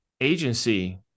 agency